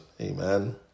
amen